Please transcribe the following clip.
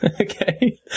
Okay